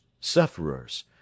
sufferers